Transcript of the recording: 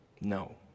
No